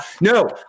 no